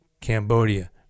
Cambodia